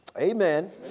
Amen